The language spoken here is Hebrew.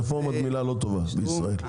רפורמה זה מילה לא טובה בישראל,